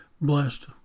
blessed